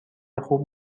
خوب